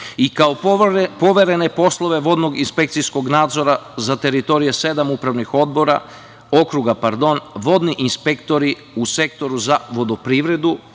i kao poverene poslove vodnog inspekcijskog nadzora za teritorije sedam upravnih okruga vodni inspektori u Sektoru za vodoprivredu,